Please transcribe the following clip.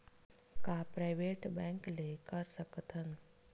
का private bank ले कर सकत हन?